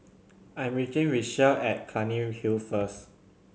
I'm meeting Richelle at Clunny Hill first